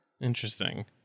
Interesting